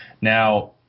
Now